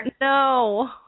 No